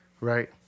right